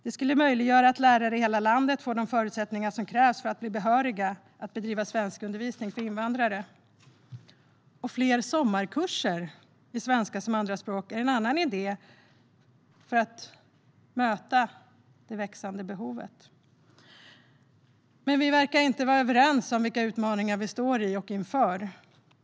Det skulle möjliggöra för lärare i hela landet att få de förutsättningar som krävs för att bli behöriga att bedriva svenskundervisning för invandrare. Fler sommarkurser i svenska som andraspråk är en annan idé för att möta det växande behovet. Vi verkar dock inte vara överens om vilka utmaningar vi står i och inför.